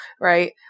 right